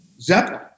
Zeppelin